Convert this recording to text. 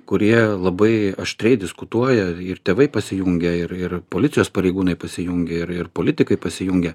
kurie labai aštriai diskutuoja ir tėvai pasijungia ir ir policijos pareigūnai pasijungia ir ir politikai pasijungia